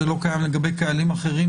אם זה לא קיים לגבי קהלים אחרים,